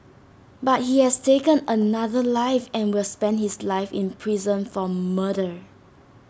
but he has taken another life and will spend his life in prison for murder